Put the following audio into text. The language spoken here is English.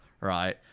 right